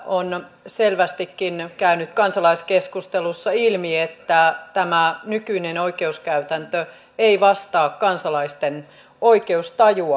on selvästikin käynyt kansalaiskeskustelussa ilmi että tämä nykyinen oikeuskäytäntö ei vastaa kansalaisten oikeustajua